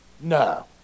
No